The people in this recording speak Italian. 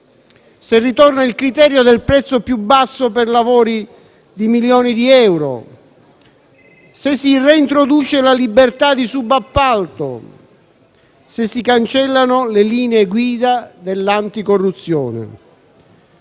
se ritorna il criterio del prezzo più basso per lavori di milioni di euro, se si reintroduce la libertà di subappalto, se si cancellano le linee guida dell'anticorruzione.